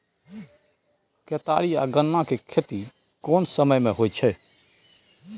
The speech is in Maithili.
केतारी आ गन्ना के खेती केना समय में होयत या?